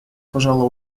пожала